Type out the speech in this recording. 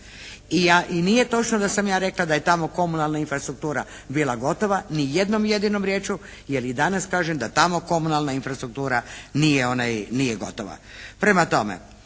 I nije točno da sam ja rekla da je tamo komunalna infrastruktura bila gotova nijednom jedinom riječju jer i danas kažem da tamo komunalna infrastruktura nije gotova. Prema tome,